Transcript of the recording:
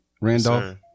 Randolph